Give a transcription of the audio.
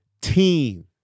team